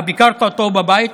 אתה ביקרת אותו בבית,